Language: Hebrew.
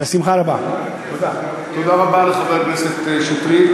תודה רבה לחבר הכנסת שטרית.